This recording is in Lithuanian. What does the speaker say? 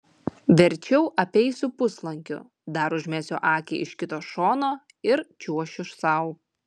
verčiau apeisiu puslankiu dar užmesiu akį iš kito šono ir čiuošiu sau